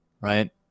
right